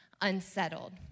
unsettled